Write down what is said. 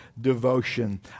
devotion